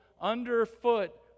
underfoot